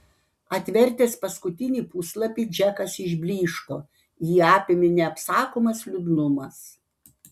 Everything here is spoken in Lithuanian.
atvertęs paskutinį puslapį džekas išblyško jį apėmė neapsakomas liūdnumas